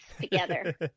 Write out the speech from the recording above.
together